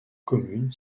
commune